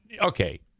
Okay